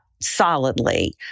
solidly